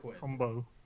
combo